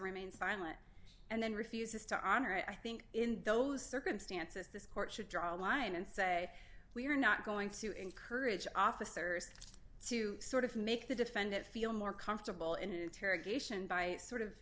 remain silent and then refuses to honor i think in those circumstances this court should draw a line and say we are not going to encourage officers to sort of make the defendant feel more comfortable in